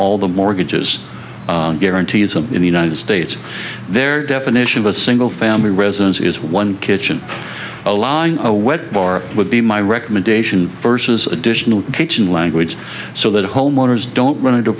all the mortgages guaranteed some in the united states their definition of a single family residence is one kitchen allowing a wet bar would be my recommendation forces additional kitchen language so that homeowners don't run into